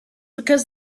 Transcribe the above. because